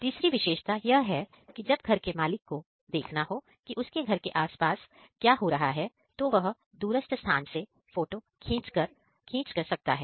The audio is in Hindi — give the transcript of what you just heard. तीसरी विशेषता यह है कि जब घर के मालिक को देखना हो कि उसके घर के आस पास क्या हो रहा है तो वह दूरस्थ स्थान से फोटो खींच सकता है